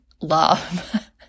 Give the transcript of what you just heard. love